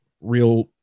real